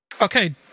Okay